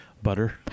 butter